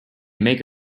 make